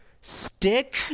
stick